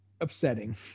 upsetting